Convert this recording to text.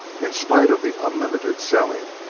in spite of the unlimited selling,